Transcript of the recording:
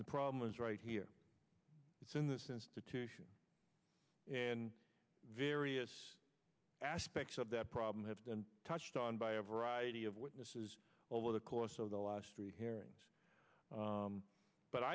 the problem is right here it's in this institution and various aspects of that problem have been touched on by a variety of witnesses over the course of the last three hearings